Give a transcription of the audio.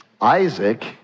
Isaac